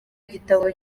gitabo